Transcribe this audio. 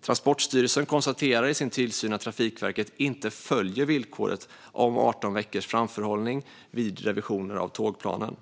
Transportstyrelsen konstaterar i sin tillsyn att Trafikverket inte följer villkoret om 18 veckors framförhållning vid revisioner av tågplanen.